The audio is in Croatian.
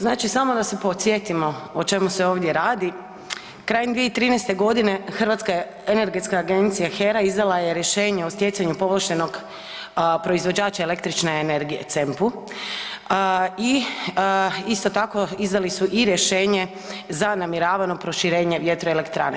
Znači samo da se podsjetimo o čemu se ovdje radi, krajem 2013. godine hrvatska je energetska agencija HERA izdala je rješenje o stjecanju povlaštenog proizvođača električne energije CEMP-u i isto tako izdali su i rješenje za namjeravano proširenje vjetroelektrane.